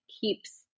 keeps